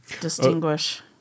distinguish